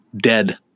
dead